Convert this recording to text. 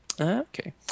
Okay